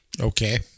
Okay